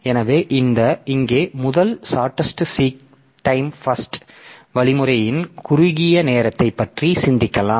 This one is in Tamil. எனவே இங்கே முதல் shortest seek time first Shortest Seek Time First SSTF SSTF வழிமுறையின் குறுகிய நேரத்தைப் பற்றி சிந்திக்கலாம்